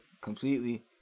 completely